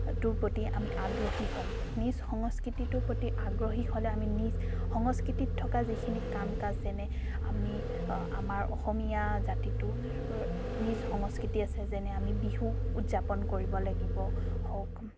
টোৰ প্ৰতি আমি আগ্ৰহী হ'ম নিজ সংস্কৃতিটোৰ প্ৰতি আগ্ৰহী হ'লে আমি নিজ সংস্কৃতিত থকা যিখিনি কাম কাজ যেনে আমি আমাৰ অসমীয়া জাতিটোৰ নিজ সংস্কৃতি আছে যেনে আমি বিহু উদযাপন কৰিব লাগিব হওক